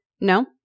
No